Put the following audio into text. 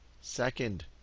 second